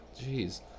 Jeez